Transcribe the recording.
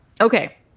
Okay